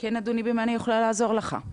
כן אדוני, במה אני יכולה לעזור לך?